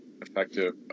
effective